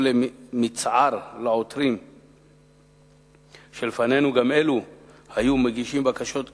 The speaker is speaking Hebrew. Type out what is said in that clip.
או למצער לעותרים שלפנינו (גם אילו היו